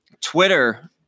Twitter